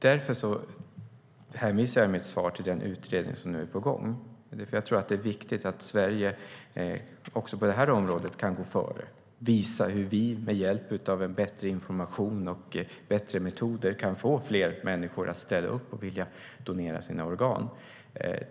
Därför hänvisar jag i mitt svar till den utredning som nu är på gång. Jag tror att det är viktigt att Sverige också på det här området kan gå före och visa hur vi med hjälp av bättre information och bättre metoder kan få fler människor att ställa upp och vilja donera sina organ.